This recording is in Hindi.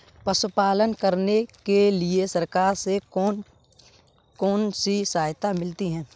पशु पालन करने के लिए सरकार से कौन कौन सी सहायता मिलती है